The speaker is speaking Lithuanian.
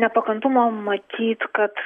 nepakantumo matyt kad